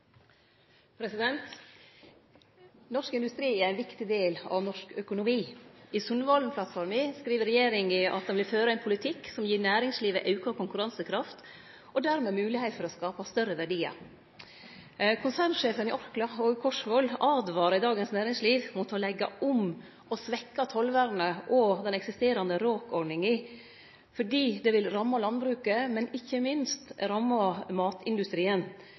Norsk industri er ein viktig del av norsk økonomi. I Sundvolden-plattforma skriv regjeringa: «Regjeringen vil føre en politikk som gir næringslivet økt konkurransekraft og dermed mulighet til å skape større verdier.» Konsernsjefen i Orkla, Åge Korsvold, åtvarar i Dagens Næringsliv mot å leggje om og svekkje tollvernet og den eksisterande RÅK-ordninga, fordi det vil ramme landbruket og ikkje minst ramme matindustrien.